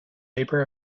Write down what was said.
labor